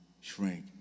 shrink